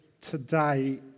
today